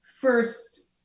first